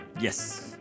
Yes